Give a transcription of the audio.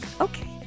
okay